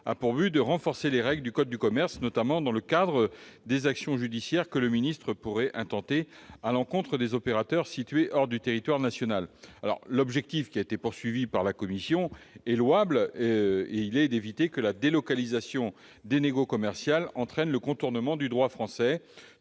article renforce les règles du code de commerce, notamment dans le cadre des actions judiciaires que le ministre pourrait intenter à l'encontre des opérateurs situés hors du territoire national. L'objectif de la commission est louable ; il s'agit d'éviter que la délocalisation des négociations commerciales entraîne le contournement du droit français.